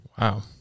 Wow